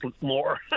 more